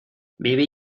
bibi